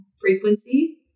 frequency